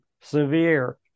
severe